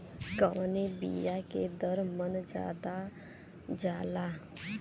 कवने बिया के दर मन ज्यादा जाला?